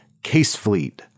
CaseFleet